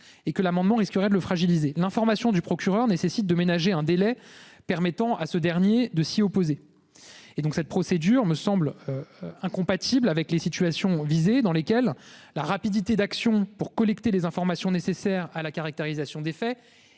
et que l'amendement risquerait de fragiliser l'information du procureur nécessite de ménager un délai permettant à ce dernier de s'y opposer. Et donc cette procédure me semble. Incompatible avec les situations visées dans lesquels la rapidité d'action pour collecter les informations nécessaires à la caractérisation des faits